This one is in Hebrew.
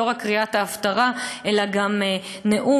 לא רק קריאת ההפטרה אלא גם נאום,